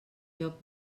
joc